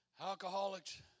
alcoholics